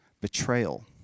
Betrayal